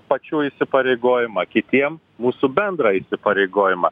pačių įsipareigojimą kitiem mūsų bendrą įsipareigojimą